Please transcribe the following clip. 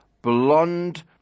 Blonde